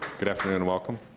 good afternoon, welcome.